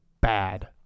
bad